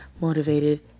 motivated